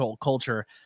culture